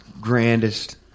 grandest